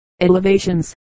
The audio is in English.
elevations